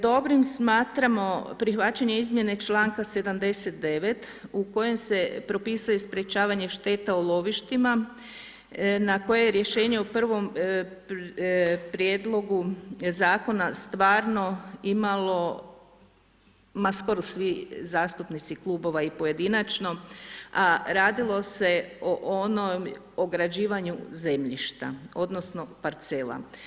Dobrim smatramo, prihvaćanje izmjene članka 79. u kojem se propisuje sprječavanje šteta u lovištima na koje je rješenje o prvom prijedlogu zakona stvarno imalo, ma skoro svi zastupnici klubova i pojedinačno a radilo se o onom ograđivanju zemljišta odnosno parcela.